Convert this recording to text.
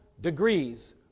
degrees